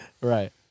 right